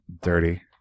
Dirty